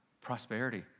Prosperity